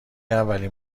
اولین